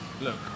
look